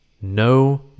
no